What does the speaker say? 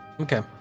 Okay